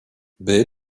bit